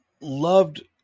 loved